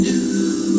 New